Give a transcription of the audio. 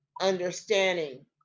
understanding